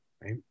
right